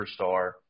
superstar